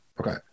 Okay